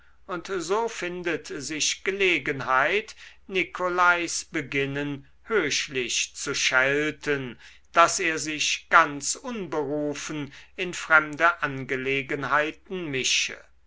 und so findet sich gelegenheit nicolais beginnen höchlich zu schelten daß er sich ganz unberufen in fremde angelegenheiten mische